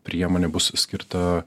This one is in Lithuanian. priemonė bus skirta